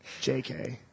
jk